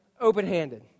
open-handed